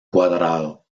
cuadrado